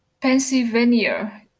Pennsylvania